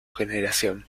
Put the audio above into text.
generación